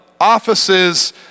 offices